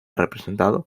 representado